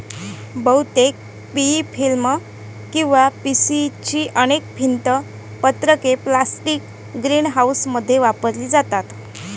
बहुतेक PE film किंवा PC ची अनेक भिंत पत्रके प्लास्टिक ग्रीनहाऊसमध्ये वापरली जातात